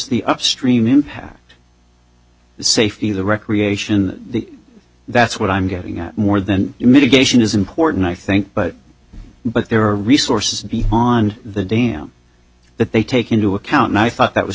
upstream impact the safety the recreation the that's what i'm getting at more than mitigation is important i think but but there are resources beyond the dam that they take into account and i thought that was